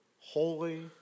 holy